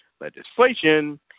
legislation